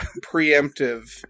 preemptive